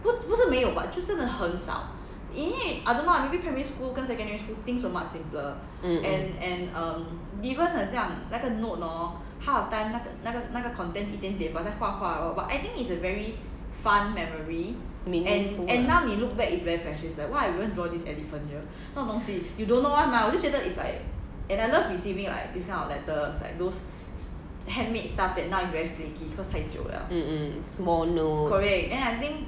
mm mm meaningful lah mm mm small notes